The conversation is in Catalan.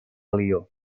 lió